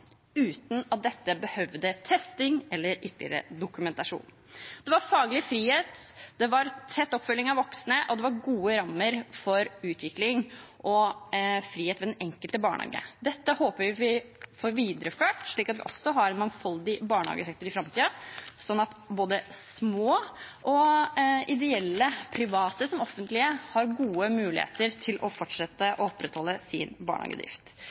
uten at dette behøvde testing eller ytterligere dokumentasjon. Det var faglig frihet, det var tett oppfølging av voksne, og det var gode rammer for utvikling og frihet ved den enkelte barnehage. Dette håper vi at vi får videreført slik at vi også har en mangfoldig barnehagesektor i framtiden, sånn at både små og ideelle private og offentlige har gode muligheter til å fortsette med å opprettholde sin barnehagedrift.